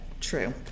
true